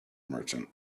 merchant